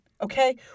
okay